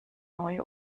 neu